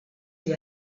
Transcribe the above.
gli